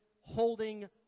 holding